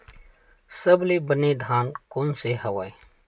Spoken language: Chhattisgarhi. सबले बने धान कोन से हवय?